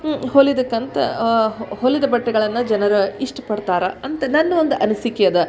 ಹ್ಞೂ ಹೊಲಿದಕ್ಕಂತ ಹೊಲಿದ ಬಟ್ಟೆಗಳನ್ನು ಜನರು ಇಷ್ಟಪಡ್ತಾರೆ ಅಂತ ನನ್ನ ಒಂದು ಅನಿಸಿಕೆ ಅದ